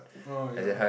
orh ya